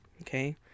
Okay